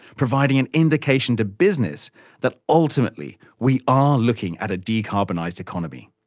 providing an indication to business that ultimately we are looking at a decarbonised economy.